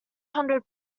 hundred